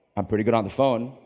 i'm pretty good on the phone.